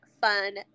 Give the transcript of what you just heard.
fun